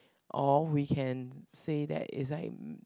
or we can say that it's like